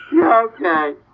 okay